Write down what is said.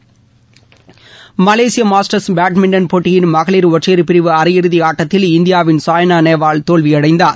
விளையாட்டுச் செய்திகள் Malaysia Masters badminton போட்டியின் மகளிர் ஒற்றையர் பிரிவு அரை இறுதி ஆட்டத்தில் இந்தியாவின் சாய்னா நேவால் தோல்வியடைந்தார்